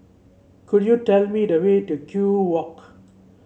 could you tell me the way to Kew Walk